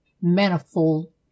Manifold